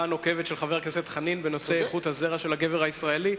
הנוקבת של חבר הכנסת חנין בנושא איכות הזרע של הגבר הישראלי.